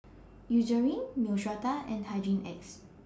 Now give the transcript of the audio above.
Eucerin Neostrata and Hygin X